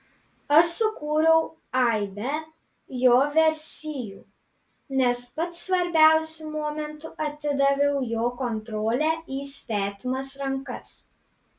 aš sukūriau aibę jo versijų nes pats svarbiausiu momentu atidaviau jo kontrolę į svetimas rankas